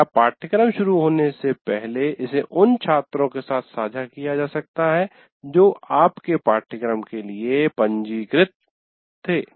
या पाठ्यक्रम शुरू होने से पहले इसे उन छात्रों के साथ साझा किया जा सकता है जो आपके पाठ्यक्रम के लिए पंजीकृत थे